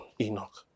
Enoch